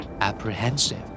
Apprehensive